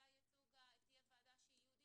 תהיה ועדה ייעודית,